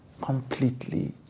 completely